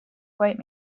quote